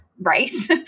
race